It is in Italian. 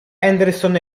anderson